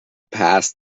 past